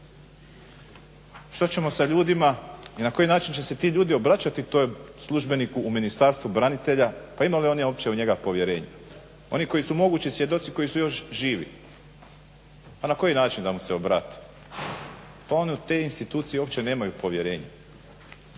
Što ćemo sa ljudima i na koji način će se ti ljudi obraćati tom službeniku u Ministarstvu branitelja, pa imaju li oni uopće u njega povjerenja. Oni koji su mogući svjedoci, koji su još živi pa na koji način da mu se obrate. Pa oni u te institucije uopće nemaju povjerenje.